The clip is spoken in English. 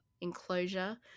enclosure